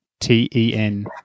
T-E-N